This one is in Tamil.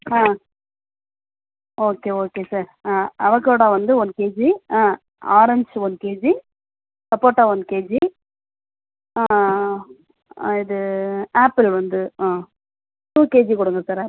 ஆ ஓகே ஓகே சார் அவகேடோ வந்து one KG ah orange one KG சப்போட்டா ஒன் கேஜி இது ஆப்பிள் வந்து ஆ இது டூ கேஜி கொடுங்க சார்